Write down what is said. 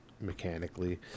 mechanically